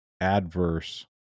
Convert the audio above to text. adverse